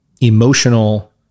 emotional